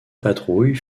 patrouille